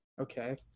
Okay